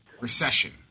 recession